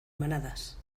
manadas